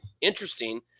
interesting